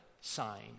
sign